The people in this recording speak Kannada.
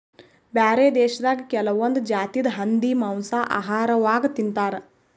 ಬ್ಯಾರೆ ದೇಶದಾಗ್ ಕೆಲವೊಂದ್ ಜಾತಿದ್ ಹಂದಿ ಮಾಂಸಾ ಆಹಾರವಾಗ್ ತಿಂತಾರ್